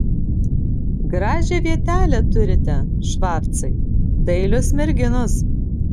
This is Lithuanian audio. gražią vietelę turite švarcai dailios merginos